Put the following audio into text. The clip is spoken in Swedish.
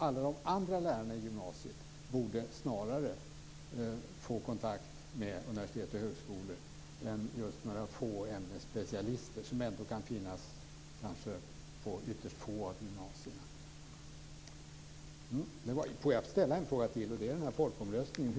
Snarare borde vi satsa på att alla andra lärare i gymnasiet får kontakt med universitet och högskolor, inte på att kanske några ytterst få ämnesspecialister ska finnas på gymnasierna. Låt mig ställa en fråga till, nämligen om folkomröstningen.